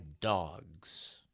dogs